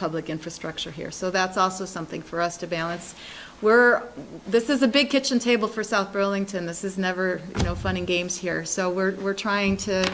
public infrastructure here so that's also something for us to balance we're this is a big kitchen table for south burlington this is never no fun and games here so we're trying to